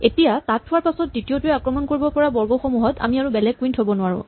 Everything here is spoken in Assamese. এতিয়া তাত থোৱাৰ পাছত দ্বিতীয়টোৱে আক্ৰমণ কৰিব পৰা বৰ্গসমূহত আমি আৰু বেলেগ কুইন থ'ব নোৱাৰো